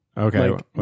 Okay